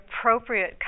appropriate